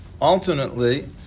Alternately